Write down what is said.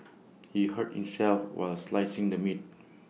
he hurt himself while slicing the meat